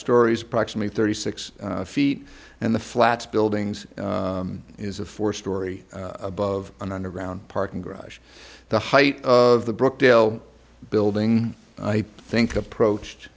stories proximity thirty six feet and the flats buildings is a four story above an underground parking garage the height of the brook till building i think approached